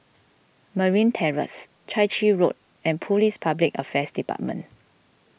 Merryn Terrace Chai Chee Road and Police Public Affairs Department